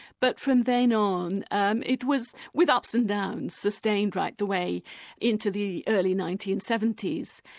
but from then on, um it was, with ups and downs, sustained right the way into the early nineteen seventy s.